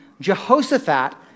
Jehoshaphat